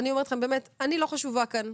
אני לא חשובה כאן.